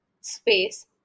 space